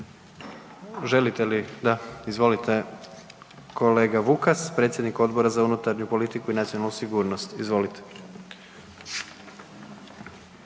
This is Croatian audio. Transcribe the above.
Želite li? Da, izvolite kolega Vukas predsjednik Odbora za unutarnju politiku i nacionalnu sigurnost, izvolite.